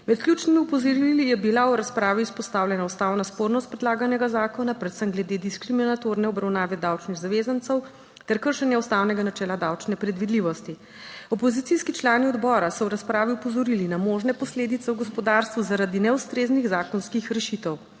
Med ključnimi opozorili je bila v razpravi izpostavljena ustavna spornost predlaganega zakona, predvsem glede diskriminatorne obravnave davčnih zavezancev ter kršenja ustavnega načela davčne predvidljivosti. Opozicijski člani odbora so v razpravi opozorili, na možne posledice v gospodarstvu, zaradi neustreznih zakonskih rešitev,